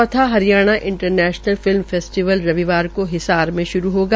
चौथा Haryana international film festival रविवार हिसार में श्रू होगा